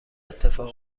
اتفاق